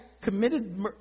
committed